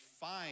find